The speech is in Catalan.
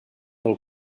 pel